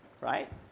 right